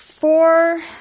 four